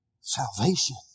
Salvation